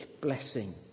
blessing